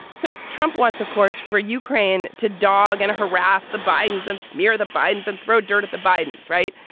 so trump wants of course for ukraine to dog and to harass the bidens and smear the bidens and throw dirt at the bidens. right.